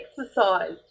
exercise